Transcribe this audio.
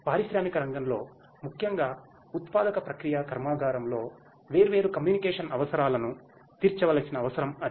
పారిశ్రామిక రంగంలో ముఖ్యంగా ఉత్పాదక ప్రక్రియ కర్మాగారంలో వేర్వేరు కమ్యూనికేషన్ అవసరాలను తీర్చవలసిన అవసరం అది